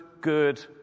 good